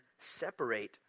separate